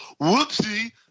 whoopsie